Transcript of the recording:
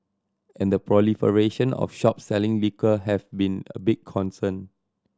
and the proliferation of shops selling liquor have been a big concern